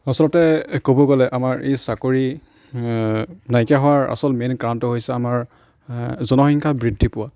আচলতে ক'ব গ'লে আমাৰ এই চাকৰি নাইকীয়া হোৱাৰ আচল মেইন কাৰণটো হৈছে আমাৰ জনসংখ্যা বৃদ্ধি পোৱা